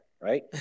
right